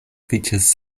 features